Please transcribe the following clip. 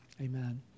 amen